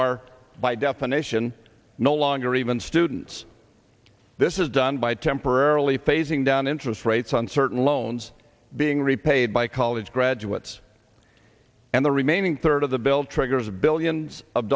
are by definition no longer even students this is done by temporarily phasing down interest rates on certain loans being repaid by college graduates and the remaining third of the bill triggers billions of